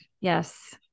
Yes